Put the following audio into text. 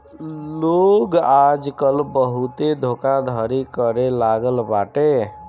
लोग आजकल बहुते धोखाधड़ी करे लागल बाटे